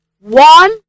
One